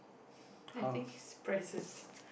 you think his presence